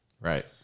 Right